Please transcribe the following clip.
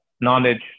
knowledge